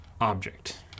object